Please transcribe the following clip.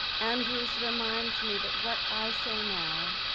andrewes reminds me that what i say now,